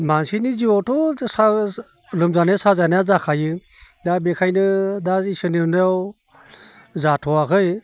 मानसिनि जिउआवथ' लोमजानाय साजानाया जाखायो दा बेखायनो दा इसोरनि अननायाव जाथ'आखै